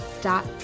dot